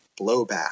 blowback